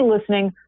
listening